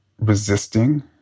resisting